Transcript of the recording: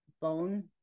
bone